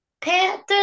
Panthers